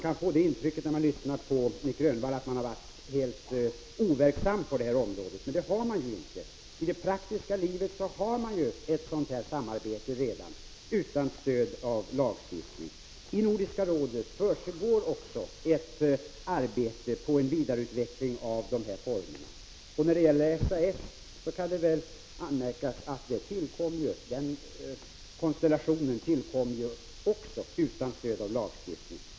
Herr talman! När man lyssnar på Nic Grönvall kan man få ett intryck av att inblandade parter på detta område har varit helt overksamma. Men så är det ju inte. I det praktiska livet förekommer redan ett samarbete, utan stöd av lagstiftning. Även i Nordiska rådet pågår ett arbete som syftar till en utveckling av ett samarbete i nämnda former. När det gäller SAS vill jag göra anmärkningen att även den konstellationen tillkom utan stöd av lagstiftning.